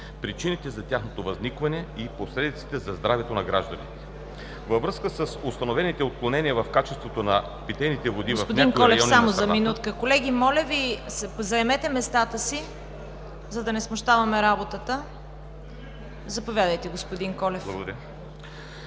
причините за тяхното възникване и последиците за здравето на гражданите Във връзка с установените отклонения в качеството на питейните води в някои райони на страната